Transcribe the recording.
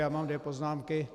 Já mám dvě poznámky.